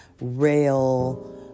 rail